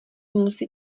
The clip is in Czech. musí